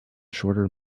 shorter